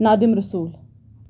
Nadim Rasool